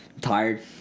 tired